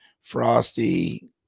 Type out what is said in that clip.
Frosty